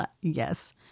Yes